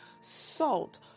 salt